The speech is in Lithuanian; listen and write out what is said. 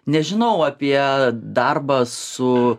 nežinau apie darbą su